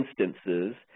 instances